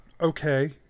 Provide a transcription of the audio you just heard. Okay